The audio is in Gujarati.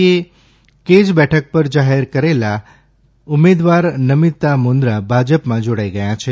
એ કેજ બેઠક પર જાહેર કરેલા ઉમેદવાર નમીતા મુંદડા ભાજપમાં જોડાઇ ગયા છે